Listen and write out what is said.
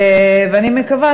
ואני מקווה,